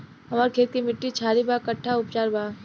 हमर खेत के मिट्टी क्षारीय बा कट्ठा उपचार बा?